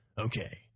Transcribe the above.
Okay